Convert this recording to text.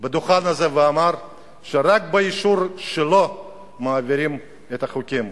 הדוכן הזה ואמר שרק באישור שלו מעבירים את החוקים,